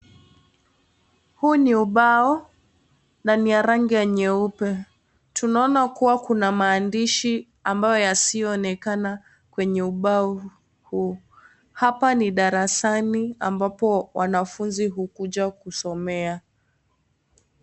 Huu ni ubao na ni ya rangi ya nyeupe. Tunaona kuwa, kuna maandishi ambayo yasiyoonekana kwenye ubao huu. Hapa ni darasani ambapo wanafunzi hukuja kusomea.